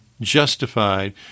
justified